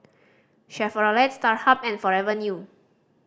Chevrolet Starhub and Forever New